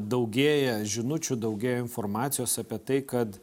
daugėja žinučių daugėja informacijos apie tai kad